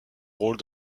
rôles